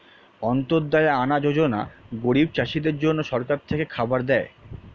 অন্ত্যদায়া আনা যোজনা গরিব চাষীদের জন্য সরকার থেকে খাবার দেয়